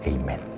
Amen